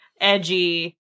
edgy